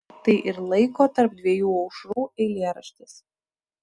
tai ir laiko tarp dviejų aušrų eilėraštis